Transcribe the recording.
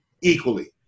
equally